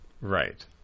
Right